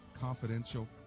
confidential